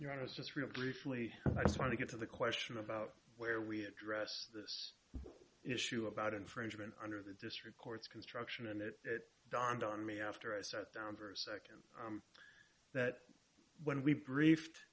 you know i was just real briefly i just want to get to the question about where we address this issue about infringement under the district court's construction and it dawned on me after i start down for a second that when we briefed